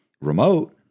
remote